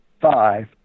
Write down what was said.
five